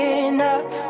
enough